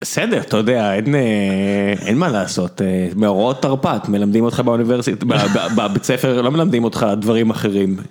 בסדר, אתה יודע, אין מה לעשות. מאורות תרפ"ט מלמדים אותך באוניברסיטה, בבית ספר לא מלמדים אותך דברים אחרים.